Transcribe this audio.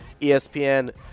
ESPN